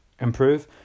improve